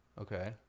Okay